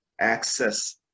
access